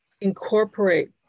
incorporate